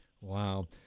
Wow